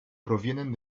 provienen